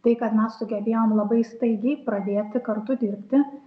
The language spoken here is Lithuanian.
tai kad mes sugebėjom labai staigiai pradėti kartu dirbti